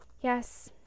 Yes